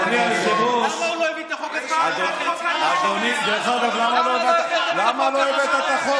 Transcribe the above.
אדוני היושב-ראש, דרך אגב, למה לא הבאת את החוק